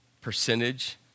percentage